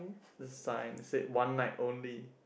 the sign said one night only